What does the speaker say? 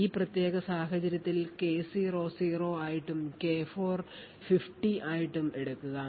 ഈ പ്രത്യേക സാഹചര്യത്തിൽ K0 0 ആയിട്ടും K4 50 ആയും എടുക്കുക